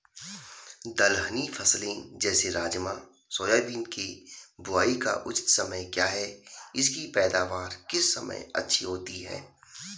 दलहनी फसलें जैसे राजमा सोयाबीन के बुआई का उचित समय क्या है इसकी पैदावार किस समय अच्छी होती है?